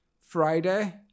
Friday